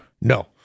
No